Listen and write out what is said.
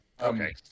Okay